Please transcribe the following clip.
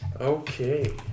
Okay